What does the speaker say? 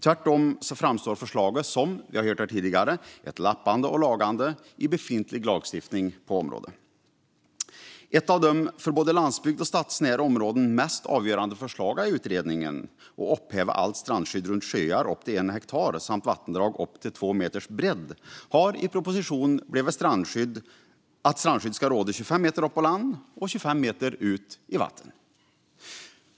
Tvärtom framstår förslaget, som vi har hört här tidigare, som ett lappande och lagande i befintlig lagstiftning på området. Ett av de för både landsbygd och stadsnära områden mest avgörande förslagen i utredningen, att upphäva allt strandskydd runt sjöar upp till en hektar samt vattendrag upp till 2 meters bredd, har i propositionen blivit att strandskydd ska råda 25 meter upp på land och 25 meter ut i vattnet.